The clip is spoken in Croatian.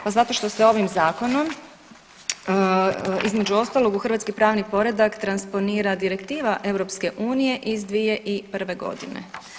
Pa zato što se ovim zakonom između ostalog u hrvatski pravni poredak transponira direktiva EU iz 2001. godine.